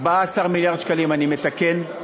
14 מיליארד שקלים, אני מתקן.